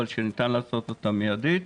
אבל שניתן לעשות אותם מידית.